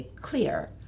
clear